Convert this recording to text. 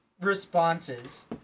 responses